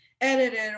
Edited